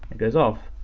it goes off.